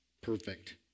Perfect